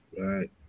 Right